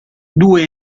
due